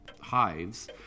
hives